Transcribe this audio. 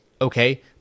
Okay